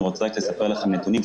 אני רוצה רק לספר לכם נתונים.